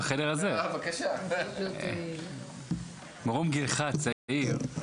ממרום גילך הצעיר,